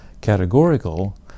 categorical